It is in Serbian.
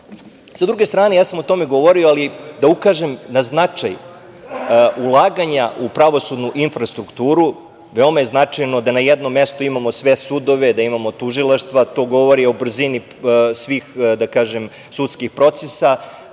apsurdna situacija. Ja sam o tome govorio, ali da ukažem na značaj ulaganja u pravosudnu infrastrukturu. Veoma je značajno da na jednom mestu imamo sve sudove, da imamo tužilaštva, to govori o brzini svih sudskih